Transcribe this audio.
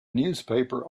newspaper